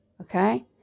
Okay